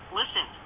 listen